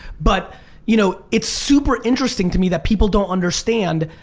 but you know it's super interesting to me that people don't understand.